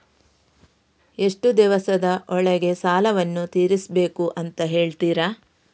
ಎಷ್ಟು ದಿವಸದ ಒಳಗೆ ಸಾಲವನ್ನು ತೀರಿಸ್ಬೇಕು ಅಂತ ಹೇಳ್ತಿರಾ?